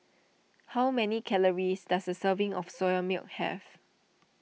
how many calories does a serving of Soya Milk have